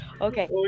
Okay